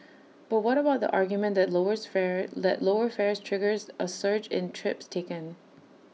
but what about the argument that lowers fare let lower fares triggers A surge in trips taken